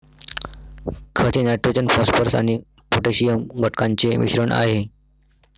खत हे nitrogen phosphorus आणि पोटॅशियम घटकांचे मिश्रण आहे